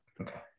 Okay